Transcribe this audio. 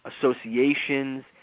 associations